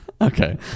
okay